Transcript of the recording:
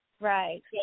right